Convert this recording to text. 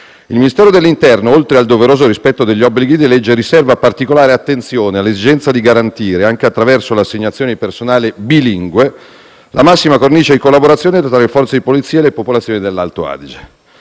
Il Ministero dell'interno, oltre al doveroso rispetto degli obblighi di legge, riserva particolare attenzione all'esigenza di garantire, anche attraverso le assegnazioni di personale bilingue, la massima cornice di collaborazione tra le Forze di polizia e le popolazioni dell'Alto Adige.